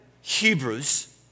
Hebrews